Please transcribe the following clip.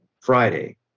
Friday